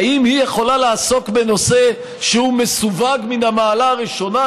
האם היא יכולה לעסוק בנושא שהוא מסווג מן המעלה הראשונה,